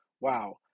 Wow